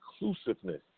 inclusiveness